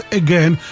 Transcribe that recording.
again